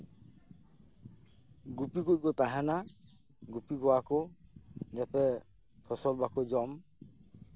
ᱜᱩᱯᱤ ᱠᱩᱡ ᱠᱚ ᱛᱟᱦᱮᱸᱱᱟ ᱜᱩᱯᱤ ᱠᱚᱣᱟ ᱠᱚ ᱡᱟᱛᱮ ᱯᱷᱚᱥᱚᱞ ᱵᱟᱠᱚ ᱡᱚᱢ